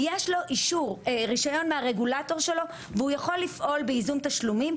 יש לו אישור מהרגולטור שלו והוא יכול לפעול בייזום תשלומים,